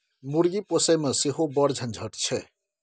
मुर्गी पोसयमे सेहो बड़ झंझट छै